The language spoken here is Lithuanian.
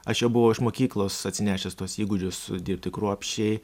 aš jau buvau iš mokyklos atsinešęs tuos įgūdžius dirbti kruopščiai